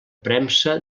premsa